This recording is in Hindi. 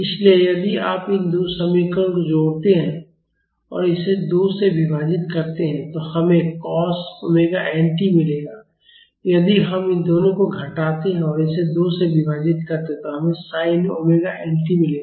इसलिए यदि आप इन दो समीकरणों को जोड़ते हैं और इसे 2 से विभाजित करते हैं तो हमें cos ओमेगा n t मिलेगा यदि हम इन दोनों को घटाते हैं और इसे 2 से विभाजित करते हैं तो हमें sin ओमेगा nt मिलेगा